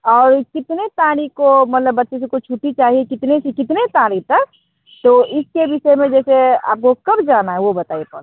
और कितने तारीख को मल्लब बच्चे जो को छुट्टी चाहिए कितने से कितने तारीख तक तो इसके विषय में जैसे आपको कब जाना है वो बताइए पहले